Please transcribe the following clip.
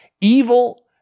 Evil